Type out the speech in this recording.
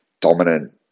dominant